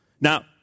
Now